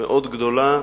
מאוד גדולה,